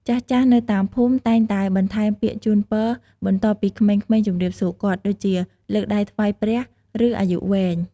ចាស់ៗនៅតាមភូមិ តែងតែបន្ថែមពាក្យជូនពរបន្ទាប់ពីក្មេងៗជំរាបសួរគាត់ ដូចជា លើកដៃថ្វាយព្រះ ឬ អាយុវែង។